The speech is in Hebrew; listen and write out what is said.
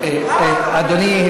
אדוני,